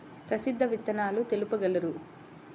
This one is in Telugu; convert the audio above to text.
ప్రసిద్ధ విత్తనాలు తెలుపగలరు?